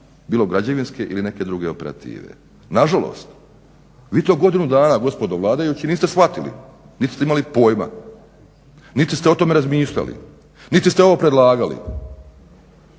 bilo građevinske ili neke druge operative. Nažalost, vi to godinu dana gospodo vladajući niste shvatili niti ste imali pojma niti ste o tome razmišljali niti ste ovo predlagali.